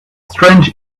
strange